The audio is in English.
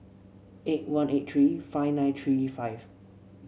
eight one eight three five nine three five